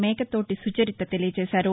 మేకతోటి సుచరిత తెలియజేశారు